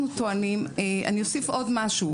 אני אוסיף עוד משהו,